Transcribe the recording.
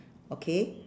okay